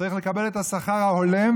צריך לקבל את השכר ההולם,